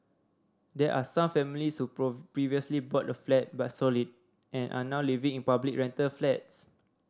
there are some families who previously bought a flat but sold it and are now living in public rental flats